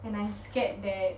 and I'm scared that